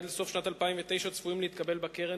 עד לסוף שנת 2009 צפויים להתקבל בקרן